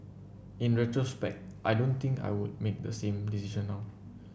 in retrospect I don't think I would make the same decision now